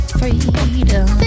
freedom